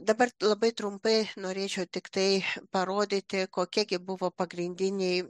dabar labai trumpai norėčiau tiktai parodyti kokie gi buvo pagrindiniai